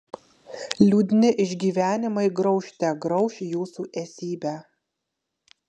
liūdni išgyvenimai graužte grauš jūsų esybę